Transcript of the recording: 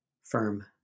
firm